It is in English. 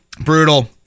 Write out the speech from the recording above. Brutal